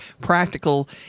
practical